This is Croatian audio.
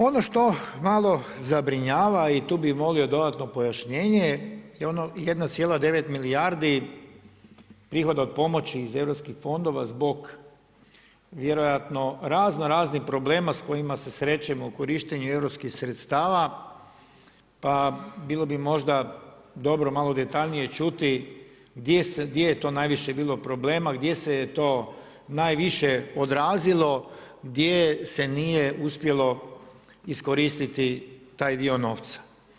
Ono što malo zabrinjava i tu bih molio dodatno pojašnjenje 1,9 milijardi prihoda od pomoći iz europskih fondova zbog vjerojatno razno raznih problema s kojima se srećemo u korištenju europskih sredstava, pa bilo bi možda dobro malo detaljnije čuti gdje je to najviše bilo problema, gdje se je to najviše odrazilo, gdje se nije uspjelo iskoristiti taj dio novca.